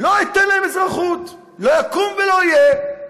לא אתן להם אזרחות, לא יקום ולא יהיה.